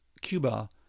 Cuba